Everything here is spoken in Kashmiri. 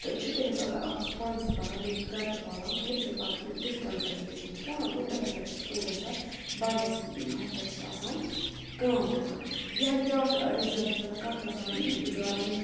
تہٕ چھِ تٔمِس آسان اَکھ چھُ سُہ پانَس تہِ پَران بیٚیہِ چھُ سُہ گَرٕ تہِ پالان ییٚمہِ سۭتۍ پَتہٕ سُہ ڈِسٹَنس اَجُکیشَن چھِ کَران کُنہِ دۄہ کُنہِ دۄہ چھُ سکوٗل گَژھان باقیَس ہَفتَس چھُس آسان کٲم کَران یہِ ہیٚکہِ بیاکھ ریٖزَن تہِ چھُ آسان کانٛہہ چھُ آسان بِچوار